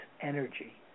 energy